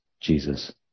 Jesus